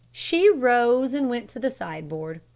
she rose and went to the sideboard,